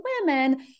women